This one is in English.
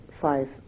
five